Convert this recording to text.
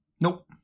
Nope